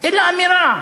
אלא אמירה